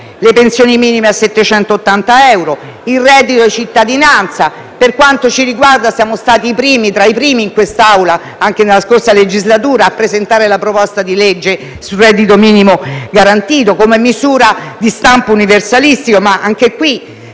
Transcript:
alle pensioni minime a 780 euro e al reddito di cittadinanza. Per quanto ci riguarda, stiamo stati tra i primi in quest'Aula, anche nella scorsa legislatura, a presentare un disegno di legge sul reddito minimo garantito come misura di stampo universalistico. Tuttavia, anche in